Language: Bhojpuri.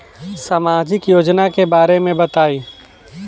सामाजिक योजना के बारे में बताईं?